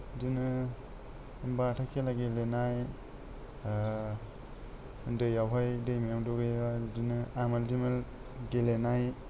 बिदिनो बारथाय खेला गेलेनाय दैआवहाय दैमायाव दुगैबा बिदिनो आमोल दिमोल गेलेनाय